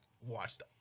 watched